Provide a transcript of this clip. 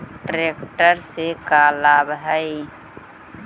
Tractor से का लाभ है?